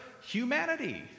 humanity